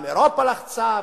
גם אירופה לחצה,